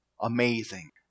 amazing